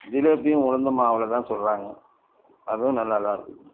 ஜிலேபியும் உளுந்தம் மாவுல தான் சுடுறாங்க அதுவும் நல்லா தான் இருக்குதுங்க